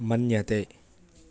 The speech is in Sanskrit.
मन्यते